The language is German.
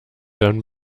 dann